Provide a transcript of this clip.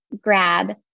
grab